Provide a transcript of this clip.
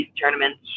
tournaments